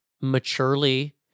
maturely